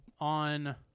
on